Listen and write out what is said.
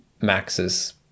Max's